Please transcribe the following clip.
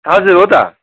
हजुर हो त